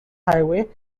highway